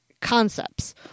concepts